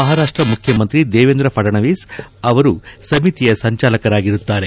ಮಹಾರಾಪ್ಪ ಮುಖ್ಯಮಂತ್ರಿ ದೇವೇಂದ್ರ ಫಡ್ನವೀಸ್ ಅವರು ಸಮಿತಿಯ ಸಂಚಾಲಕರಾಗಿರುತ್ತಾರೆ